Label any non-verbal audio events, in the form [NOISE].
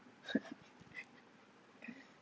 [LAUGHS]